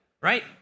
right